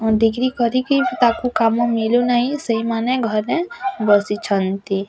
degree କରିକି ତାକୁ କାମ ମିଳୁ ନାହିଁ ସେଇମାନେ ଘରେ ବସିଛନ୍ତି